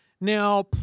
Now